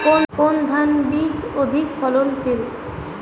কোন ধান বীজ অধিক ফলনশীল?